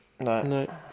No